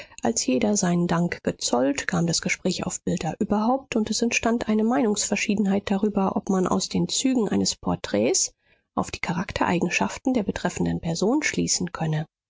als jeder seinen dank gezollt kam das gespräch auf bilder überhaupt und es entstand eine meinungsverschiedenheit darüber ob man aus den zügen eines porträts auf die charaktereigenschaften der betreffenden person schließen könne